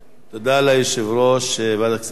תודה ליושב-ראש ועדת הכספים.